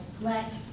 let